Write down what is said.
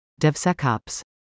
DevSecOps